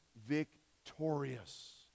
victorious